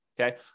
Okay